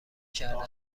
کردم